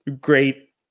great